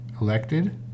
elected